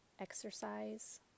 exercise